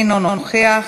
אינו נוכח.